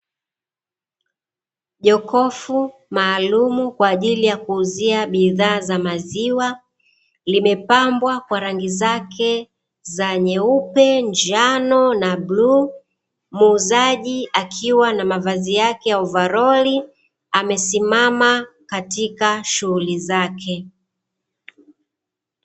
Jokofu maalumu kwa ajili ya kuuzia bidhaa za maziwa limepambwa kwa rangi zake za nyeupe, njano na bluu, muuzaji akiwa na mavazi yake ya ovaroli amesimama katika shughuli zake.